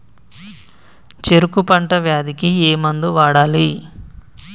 చెరుకు పంట వ్యాధి కి ఏ మందు వాడాలి?